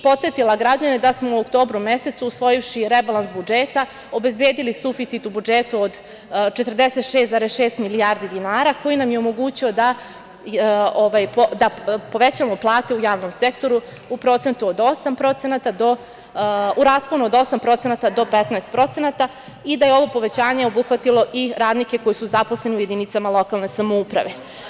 Podsetila bih građane da smo u oktobru mesecu, usvojivši rebalans budžeta, obezbedili suficit u budžetu od 46,6 milijardi dinara koji nam je omogućio da povećamo plate u javnom sektoru u rasponu od 8% do 15% i da je ovo povećanje obuhvatilo i radnike koji su zaposleni u jedinicama lokalne samouprave.